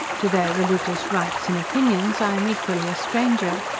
to their religious rites and opinions i am equally a stranger.